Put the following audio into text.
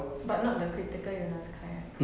but not the critical illness kind right